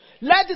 Let